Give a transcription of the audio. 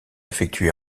effectué